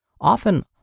often